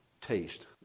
taste